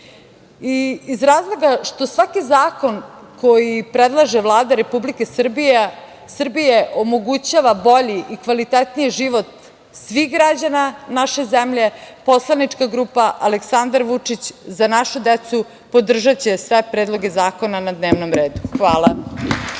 razloga što svaki zakon koji predlaže Vlada Republike Srbije omogućava bolji i kvalitetniji život svih građana naše zemlje, poslanička grupa „Aleksandar Vučić – Za našu decu“ podržaće sve predloge zakona na dnevnom redu. Hvala.